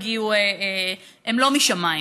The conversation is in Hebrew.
הן לא משמיים.